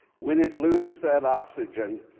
when it loses that oxygen,